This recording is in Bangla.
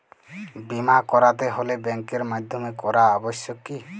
বিমা করাতে হলে ব্যাঙ্কের মাধ্যমে করা আবশ্যিক কি?